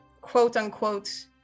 quote-unquote